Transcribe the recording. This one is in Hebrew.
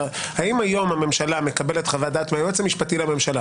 האם היום הממשלה מקבלת חוות דעת מהיועץ המשפטי לממשלה,